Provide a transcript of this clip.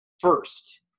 first